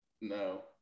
No